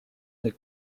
des